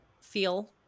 feel